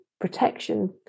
protection